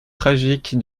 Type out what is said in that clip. tragique